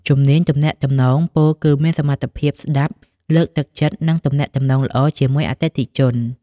ជំនាញទំនាក់ទំនង ពោលគឺមានសមត្ថភាពស្តាប់ លើកទឹកចិត្ត និងទំនាក់ទំនងល្អជាមួយអតិថិជន។